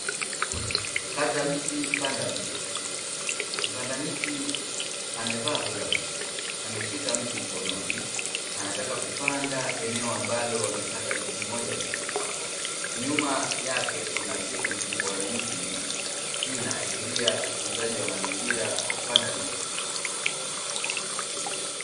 Kata mti panda mti mpandamiti amevaa glavusi, ameshika mti mkononi anataka kupanda eneo ambalo wamekata mti mmoja mkubwa nyuma yake kuna msitu mkubwa wenye miti mingi hii inaashiria utunzaji wa mazingira kwa kupanda miti.